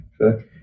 Okay